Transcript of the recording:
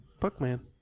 Puckman